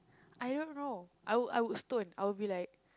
I don't know I would I would stone I would be like